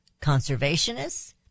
conservationists